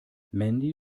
mandy